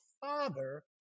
Father